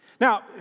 Now